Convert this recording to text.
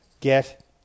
get